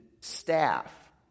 staff